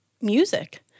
music